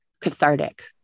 cathartic